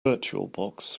virtualbox